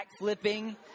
backflipping